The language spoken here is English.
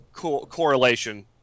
correlation